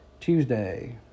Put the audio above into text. Tuesday